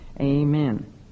amen